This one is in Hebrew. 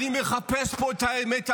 אני מחפש פה את האמת העמוקה.